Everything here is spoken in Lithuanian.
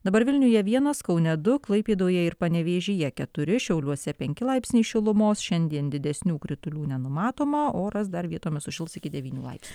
dabar vilniuje vienas kaune du klaipėdoje ir panevėžyje keturi šiauliuose penki laipsniai šilumos šiandien didesnių kritulių nenumatoma oras dar vietomis sušils iki devynių laipsnių